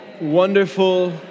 wonderful